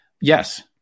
Yes